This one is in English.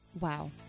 wow